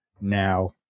now